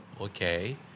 okay